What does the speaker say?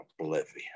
oblivion